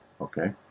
Okay